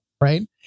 right